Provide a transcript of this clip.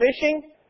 fishing